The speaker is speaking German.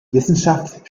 wissenschaft